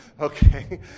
okay